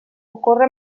ocorre